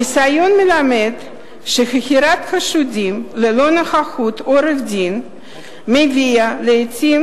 הניסיון מלמד שחקירת חשודים ללא נוכחות עורך-דין מביאה לעתים